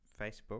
Facebook